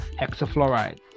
hexafluoride